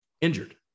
injured